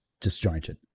disjointed